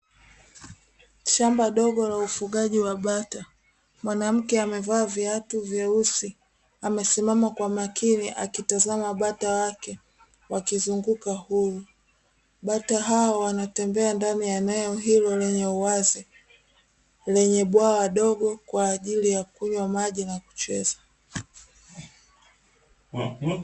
Shamba dogo la ufugaji wa bata, mwanamke amevaa viatu vyeusi amesimama kwa makini akitazama bata wake wakizunguka huru. Bata hawa wanatembea ndani ya eneo hilo lenye uwazi, lenye bwawa dogo kwa ajili ya kunywa maji na kucheza.